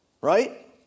right